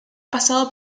pasado